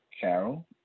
Carol